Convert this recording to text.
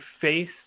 face